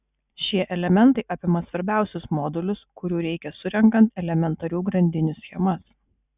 šie elementai apima svarbiausius modulius kurių reikia surenkant elementarių grandinių schemas